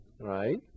right